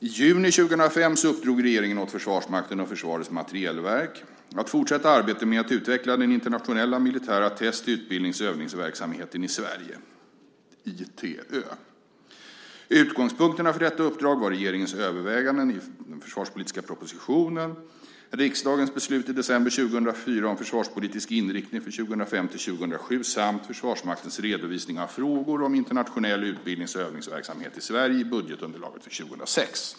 I juni 2005 uppdrog regeringen åt Försvarsmakten och Försvarets materielverk att fortsätta arbetet med att utveckla den internationella militära test-, utbildnings och övningsverksamheten i Sverige, ITÖ. Utgångspunkterna för detta uppdrag var regeringens överväganden i den försvarspolitiska propositionen , riksdagens beslut i december 2004 om försvarspolitisk inriktning 2005-2007 samt Försvarsmaktens redovisning av frågor om internationell utbildnings och övningsverksamhet i Sverige i budgetunderlaget för 2006.